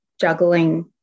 juggling